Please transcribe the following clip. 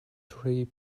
tree